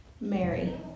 Mary